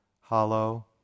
hollow